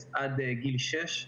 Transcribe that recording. גם במשרד רוה"מ,